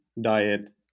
Diet